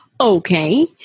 Okay